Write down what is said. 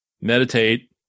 meditate